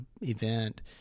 event